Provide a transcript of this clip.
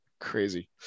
Crazy